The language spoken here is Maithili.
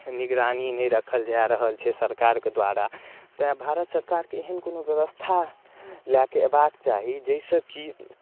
निगरानी नहि रखल जा रहल छै सरकारके द्वारा तेँ भारत सरकारके एहन कोनो व्यवस्था लए कऽ एबाक चाही जाहिसँ की